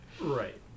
Right